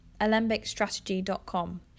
alembicstrategy.com